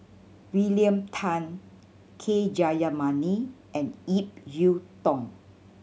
William Tan K Jayamani and Ip Yiu Tung